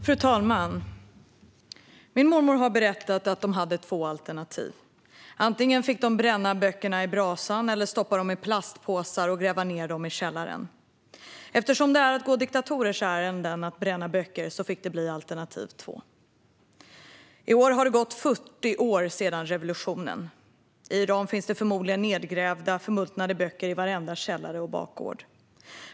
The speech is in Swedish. Fru talman! Min mormor har berättat att de hade två alternativ. Antingen fick de bränna böckerna i brasan eller stoppa dem i plastpåsar och gräva ned dem i källaren. Eftersom det är att gå diktatorers ärenden att bränna böcker fick det bli det andra alternativet. I år har det gått 40 år sedan revolutionen. I Iran finns det förmodligen nedgrävda och förmultnade böcker i varenda källare och på varenda bakgård.